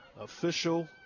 Official